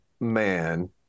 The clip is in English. man